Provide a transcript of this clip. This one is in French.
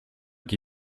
qui